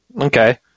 okay